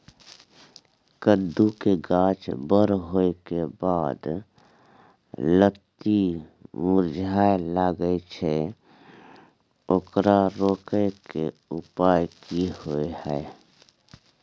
कद्दू के गाछ बर होय के बाद लत्ती मुरझाय लागे छै ओकरा रोके के उपाय कि होय है?